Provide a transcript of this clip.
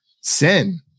sin